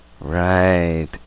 Right